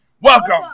Welcome